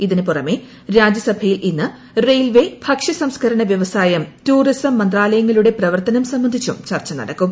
ഇതിനു പുറമേ രാജ്യസഭയിൽ ഇന്ന് റെയിൽവേ ഭക്ഷ്യ സംസ്കരണ വ്യവസായം ടൂറിസം മന്ത്രാലയങ്ങളുടെ പ്രവർത്തനം സംബന്ധിച്ചും ചർച്ച നടക്കും